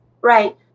Right